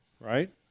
right